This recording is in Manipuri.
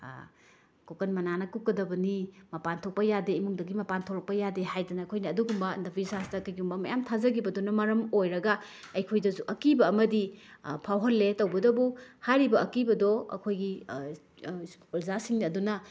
ꯀꯣꯛꯀꯟ ꯃꯅꯥꯅ ꯀꯨꯞꯀꯗꯕꯅꯤ ꯃꯄꯥꯟ ꯊꯣꯛꯄ ꯌꯥꯗꯦ ꯏꯃꯨꯡꯗꯒꯤ ꯃꯄꯥꯟ ꯊꯣꯛꯂꯛꯄ ꯌꯥꯗꯦ ꯍꯥꯏꯗꯅ ꯑꯩꯈꯣꯏꯅ ꯑꯗꯨꯒꯨꯝꯕ ꯑꯟꯙ ꯕꯤꯁꯋꯥꯁꯇ ꯀꯩꯒꯨꯝꯕ ꯃꯌꯥꯝ ꯊꯥꯖꯈꯤꯕꯗꯨꯅ ꯃꯔꯝ ꯑꯣꯏꯔꯒ ꯑꯩꯈꯣꯏꯗꯁꯨ ꯑꯀꯤꯕ ꯑꯃꯗꯤ ꯐꯥꯎꯍꯟꯂꯦ ꯇꯧꯕꯇꯕꯨ ꯍꯥꯏꯔꯤꯕ ꯑꯀꯤꯕꯗꯣ ꯑꯩꯈꯣꯏꯒꯤ ꯑꯣꯖꯥꯁꯤꯡ ꯑꯗꯨꯅ